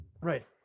Right